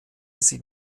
sie